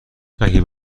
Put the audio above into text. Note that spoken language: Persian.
اگه